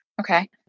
Okay